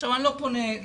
עכשיו, אני לא פונה לאלה